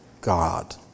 God